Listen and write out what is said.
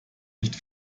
nicht